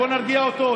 בואו נרגיע אותו,